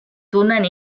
tunnen